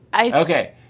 Okay